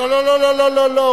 לא, לא, לא, לא.